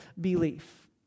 belief